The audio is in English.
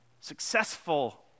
Successful